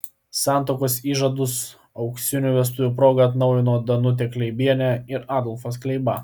santuokos įžadus auksinių vestuvių proga atnaujino danutė kleibienė ir adolfas kleiba